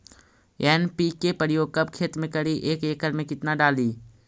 NPK प्रयोग कब खेत मे करि एक एकड़ मे कितना डाली?